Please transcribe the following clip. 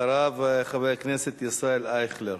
אחריו, חבר כנסת ישראל אייכלר.